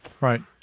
right